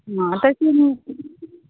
आं तशें